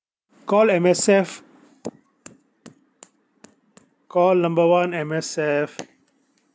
call M_S_F call number one M_S_F